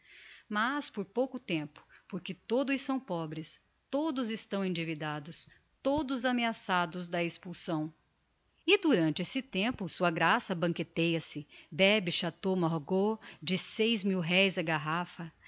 mas por pouco tempo porque todos são pobres todos estão endividados todos ameaçados da expulsão e durante esse tempo sua graça banqueteia se bebe chateaux margaux de seis mil-réis a garrafa